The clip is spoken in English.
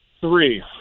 Three